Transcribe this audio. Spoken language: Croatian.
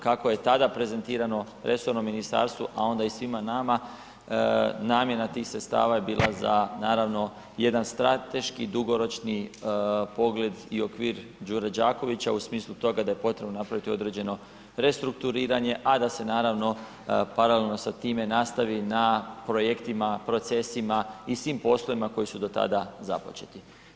Kako je tada prezentirano resornom ministarstvu a onda i svima nama, namjena tih sredstava je bila za naravno jedan strateški dugoročni pogled i okvir Đure Đakovića u smislu toga da je potrebno napraviti određeno restrukturiranje a da se naravno paralelno sa time nastavi na projektima, procesima i svim poslovima koji su do tada započeti.